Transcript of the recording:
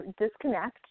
disconnect